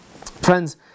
friends